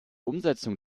umsetzung